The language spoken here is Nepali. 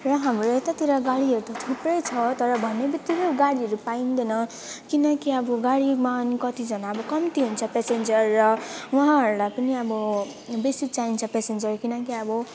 र हाम्रो यतातिर गाडीहरू त थुप्रै छ तर भन्ने बित्तिकै गाडीहरू पाइँदैन किनकि अब गाडीमा हामी कतिजना अब कम्ती हुन्छ पेसेन्जर र उहाँहरूलाई पनि अब बेसी चाहिन्छ पेसेन्जर किनकि अब